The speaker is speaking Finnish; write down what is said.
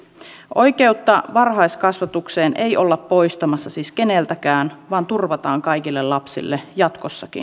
oikeutta varhaiskasvatukseen ei olla poistamassa siis keneltäkään vaan se turvataan kaikille lapsille jatkossakin